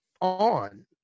on